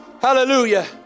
Hallelujah